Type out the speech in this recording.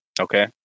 Okay